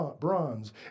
bronze